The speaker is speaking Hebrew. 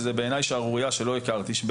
ובעיניי זו שערורייה שלא הכרתי קודם לכן,